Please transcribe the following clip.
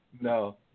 No